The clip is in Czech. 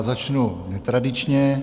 Začnu netradičně.